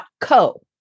Co